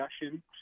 discussion